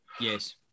yes